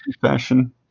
fashion